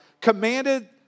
commanded